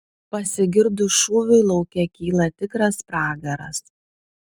pasigirdus šūviui lauke kyla tikras pragaras